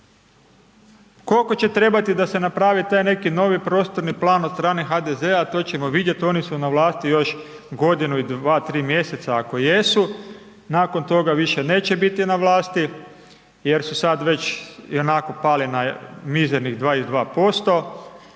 Koliko će trebati da se napravi taj neki novi prostorni plan od strane HDZ-a, to ćemo vidjet, oni su na vlast još godinu i 2, 3 mj. ako jesu, nakon toga više neće niti na vlasti jer su sad već ionako pali na mizernih 22%